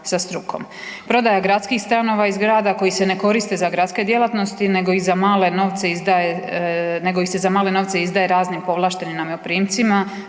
sa strukom. Prodaja gradskih stanova ih grada koji se ne koriste za gradske djelatnosti nego ih za male novce izdaje, nego ih se za male novce